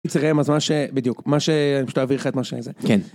אם צריכים, אז מה שבדיוק, מה ש... אני פשוט אעביר לך את מה שזה. כן.